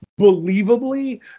believably